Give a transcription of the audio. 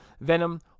Venom